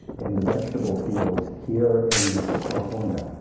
in the vegetable fields here in california.